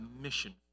mission